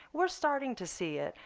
we're starting to see it.